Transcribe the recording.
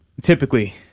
Typically